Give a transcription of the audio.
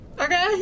okay